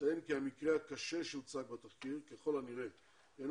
נציין כי המקרה הקשה שהוצג בתחקיר ככל הנראה אינו